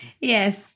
Yes